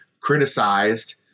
criticized